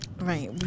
Right